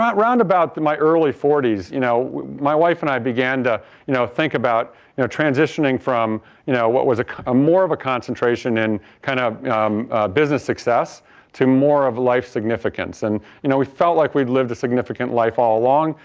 roundabout my early forty s, you know my wife and i began to you know think about you know transitioning from you know what was a ah more of a concentration in kind of business success to more of life significance and you know we felt like we've lived a significant life all along,